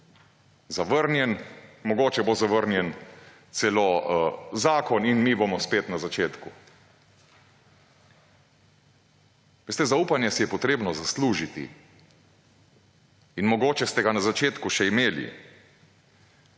zavrnjen, mogoče bo zavrnjen celo zakon in mi bomo spet na začetku. Veste, zaupanje si je potrebno zaslužiti in mogoče ste ga na začetku še imeli